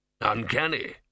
Uncanny